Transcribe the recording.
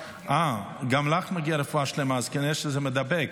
אה, גם לך מגיעה רפואה שלמה, אז כנראה שזה מידבק.